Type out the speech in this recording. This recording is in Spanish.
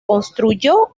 construyó